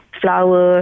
flower